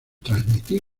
transmitir